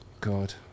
God